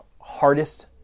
hardest